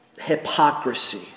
hypocrisy